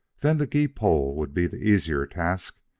then the gee-pole would be the easier task,